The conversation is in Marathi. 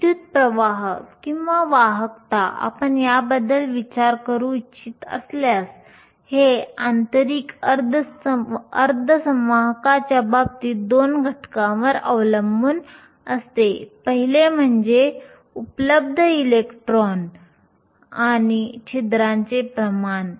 विद्युत् प्रवाह किंवा वाहकता आपण याबद्दल विचार करू इच्छित असल्यास हे आंतरिक अर्धवाहकाच्या बाबतीत दोन घटकांवर अवलंबून असते पहिले म्हणजे उपलब्ध इलेक्ट्रॉन आणि छिद्रांचे प्रमाण